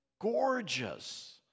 gorgeous